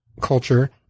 culture